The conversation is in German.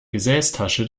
gesäßtasche